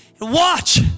Watch